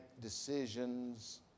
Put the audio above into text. decisions